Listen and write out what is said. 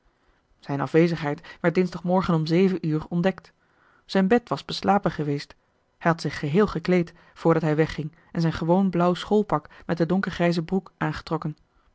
zijn afwezigheid werd dinsdagmorgen om zeven uur ontdekt zijn bed was beslapen geweest hij had zich geheel gekleed voordat hij wegging en zijn gewoon blauw schoolpak met de donkergrijze broek aangetrokken